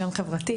חברתי,